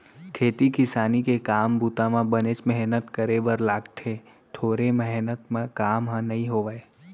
खेती किसानी के काम बूता म बनेच मेहनत करे बर लागथे थोरे मेहनत म काम ह नइ होवय